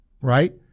right